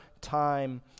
time